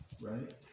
right